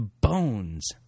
bones